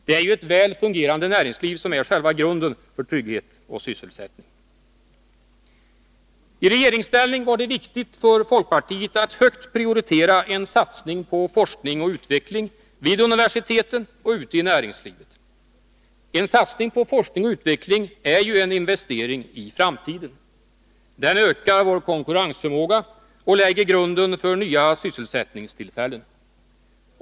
Det är ju ett väl fungerande näringsliv som är själva grunden för trygghet och sysselsättning. I regeringsställning var det viktigt för folkpartiet att högt prioritera en satsning på forskning och utveckling vid universiteten och ute i näringslivet. En satsning på forskning och utveckling är ju en investering i framtiden. Den ökar vår konkurrensförmåga och lägger grunden för nya sysselsättningstillfällen.